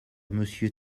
monsieur